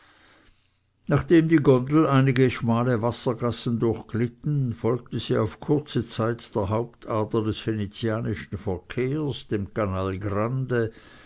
nachdem die gondel einige schmale wassergassen durchglitten folgte sie auf kurze zeit der hauptader des venezianischen verkehrs dem canal grande